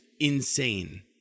insane